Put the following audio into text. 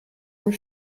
were